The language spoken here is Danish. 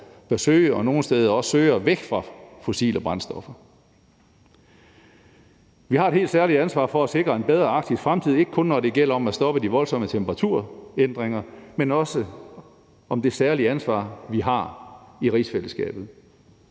og nogle steder også søger væk fra fossile brændstoffer. Vi har et helt særligt ansvar for at sikre en bedre arktisk fremtid, ikke kun når det gælder om at stoppe de voldsomme temperaturændringer, og der er også det særlige ansvar, vi har i rigsfællesskabet.